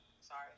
sorry